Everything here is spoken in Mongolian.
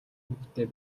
хүүхэдтэй